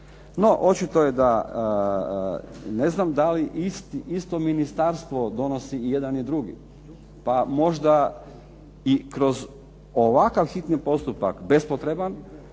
No, očito je da ne znam da li isto ministarstvo donosi jedan i drugi. Pa možda i kroz ovakav hitni postupak bespotreban